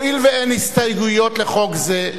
הואיל ואין הסתייגויות לחוק זה,